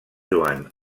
joan